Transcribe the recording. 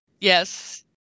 Yes